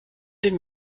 dem